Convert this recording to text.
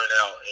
out